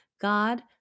god